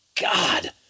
God